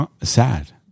sad